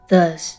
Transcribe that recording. Thus